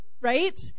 right